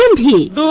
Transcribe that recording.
and p